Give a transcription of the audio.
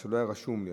כי זה לא היה רשום לי,